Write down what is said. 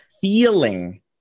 feeling